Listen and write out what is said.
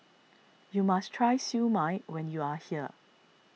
you must try Siew Mai when you are here